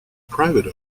private